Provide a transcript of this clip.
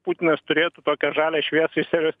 putinas turėtų tokią žalią šviesą iš serijos